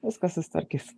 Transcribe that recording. viskas susitvarkys